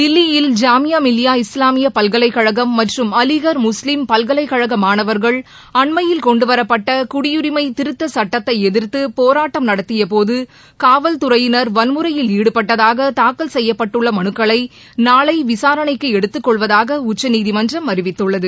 தில்லியில் ஜாமியா மிலியா இஸ்வாமிய பல்கலைக்கழகம் மற்றும் அலிகர் முஸ்லீம் பல்கலைக்கழக மாணவர்கள் அண்மயில் கொண்டுவரப்பட்ட குடியுரிமை திருத்த சட்டத்தை எதிர்த்து போராட்டம் நடத்தியபோது காவல் துறையினர் வன்கொடுமையில் ஈடுபட்டதாக தாக்கல் செய்யப்பட்டுள்ள மனுக்களை நாளை விசாரணைக்கு எடுத்துக்கொள்வதாக உச்சநீதிமன்றம் அறிவித்துள்ளது